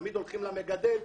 תמיד הולכים למגדל,